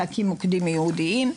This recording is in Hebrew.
יצטרכו להקים מוקדים ייעודיים.